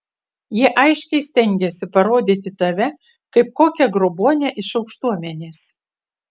jie aiškiai stengiasi parodyti tave kaip kokią grobuonę iš aukštuomenės